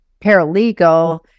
paralegal